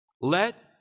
Let